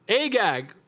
Agag